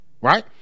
Right